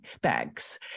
bags